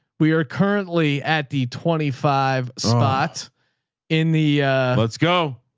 we are currently at the twenty five spot in the let's go.